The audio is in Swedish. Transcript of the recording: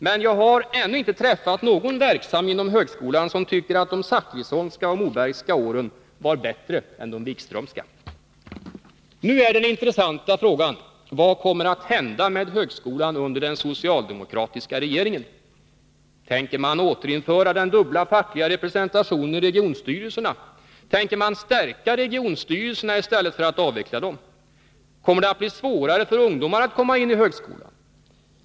Men jag har ännu inte träffat någon verksam inom högskolan som tycker att de Zachrissonska och Mobergska åren var bättre än de Wikströmska. Nu är den intressanta frågan: Vad kommer att hända med högskolan under den socialdemokratiska regeringen? Tänker man återinföra den dubbla fackliga representationen i regionstyrelserna? Tänker man stärka regionstyrelserna i stället för att avveckla dem? Kommer det att bli svårare för ungdomar att komma in i högskolan?